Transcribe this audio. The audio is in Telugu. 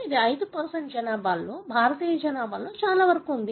ఇది 5 జనాభాలో భారతీయ జనాభాలో చాలా వరకు ఉంది